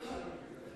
אני מתנצל.